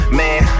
man